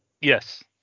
yes